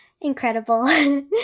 Incredible